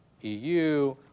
EU